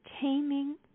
taming